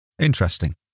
interesting